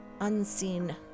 unseen